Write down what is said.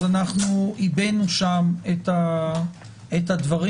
עיבינו שם את הדברים.